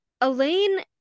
Elaine